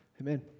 Amen